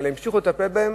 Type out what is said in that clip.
אלא המשיכו לטפל בהם,